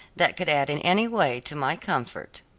that could add in any way to my comfort.